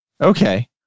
okay